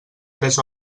tres